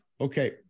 okay